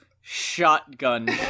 shotgun